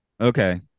Okay